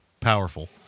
powerful